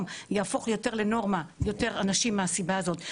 יהפוך יותר לנורמה ויותר אנשים מהסיבה הזאת.